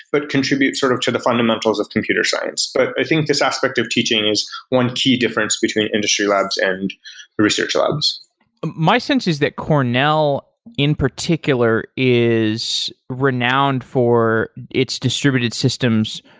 but contribute sort of to the fundamentals of computer science. but i think this aspect of teaching is one key difference between industry labs and research labs my sense is that cornell in particular is renowned for its distributed systems,